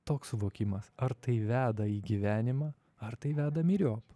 toks suvokimas ar tai veda į gyvenimą ar tai veda myriop